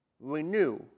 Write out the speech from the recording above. Renew